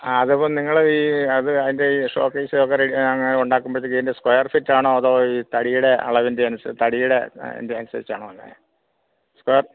ആ അതിപ്പം നിങ്ങൾ ഈ അത് അതിൻ്റെ ഈ ഷോക്കേസ് ഒക്കെ ഉണ്ടാക്കുമ്പോഴത്തേക്ക് അതിൻ്റെ സ്ക്വയർ ഫീറ്റാണോ അതോ ഈ തടിയടെ അളവിൻ്റെ തടിയുടെ അതിന്റെ അനുസരിച്ച് ആണോ സ്ക്വയർ